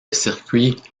circuit